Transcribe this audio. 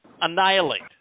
annihilate